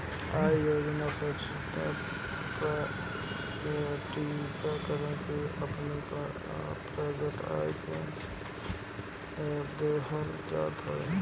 आय योजना स्वैच्छिक प्रकटीकरण में अपनी प्रकट आय पअ कर देहल जात बाटे